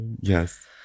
Yes